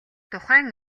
тухайн